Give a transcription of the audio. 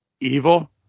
evil